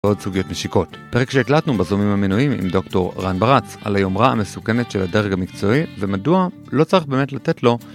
ועוד סוגיות משיקות. פרק שהקלטנו בזומים עם המנויים עם דוקטור רן ברץ על היומרה המסוכנת של הדרג המקצועי ומדוע לא צריך באמת לתת לו